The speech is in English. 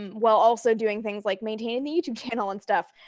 while also doing things like maintaining the youtube channel and stuff.